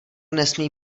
nesmí